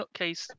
nutcase